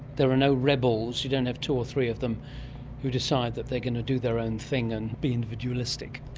there are no rebels? you don't have two or three of them who decide that they're going to do their own thing and be individualistic?